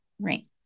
Right